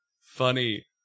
funny